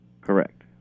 Correct